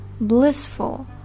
blissful